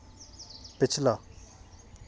पिछला